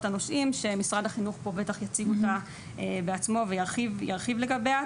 הנושאים שמשרד החינוך פה בטח יציג אותה בעצמו וירחיב לגביה,